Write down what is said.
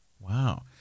Wow